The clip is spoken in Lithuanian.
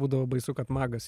būdavo baisu kad magas